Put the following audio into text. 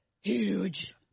Huge